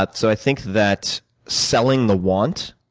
but so i think that selling the want,